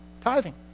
tithing